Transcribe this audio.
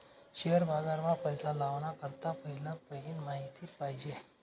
share बाजार मा पैसा लावाना करता पहिला पयीन माहिती पायजे